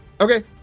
Okay